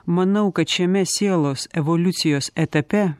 manau kad šiame sielos evoliucijos etape